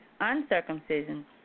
uncircumcision